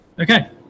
Okay